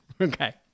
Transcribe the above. okay